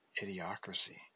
Idiocracy